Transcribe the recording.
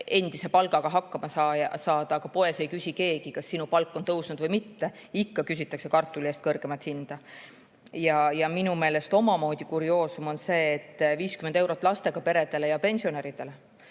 endise palgaga hakkama saada, poes ei küsi keegi, kas sinu palk on tõusnud või mitte. Ikka küsitakse kartuli eest kõrgemat hinda. Ja minu meelest omamoodi kurioosum on see, et 50 eurot jagatakse lastega peredele ja pensionäridele.